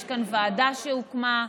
יש כאן ועדה שהוקמה,